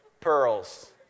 pearls